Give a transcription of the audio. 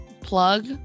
plug